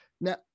now